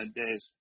days